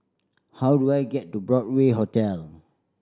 how do I get to Broadway Hotel